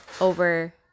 over